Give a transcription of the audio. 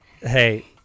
Hey